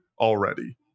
already